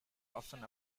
often